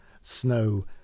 snow